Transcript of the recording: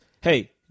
hey